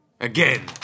Again